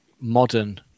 modern